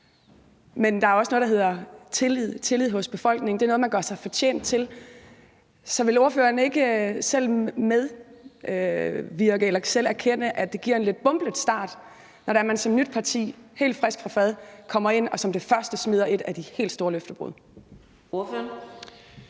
før. Der er også noget, der hedder tillid hos befolkningen; det er noget, man gør sig fortjent til. Så vil ordføreren ikke erkende, at det giver en lidt bumpet start, når man som nyt parti helt frisk fra fad kommer ind og som det første begår et af de helt store løftebrud? Kl.